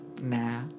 nah